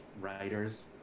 writers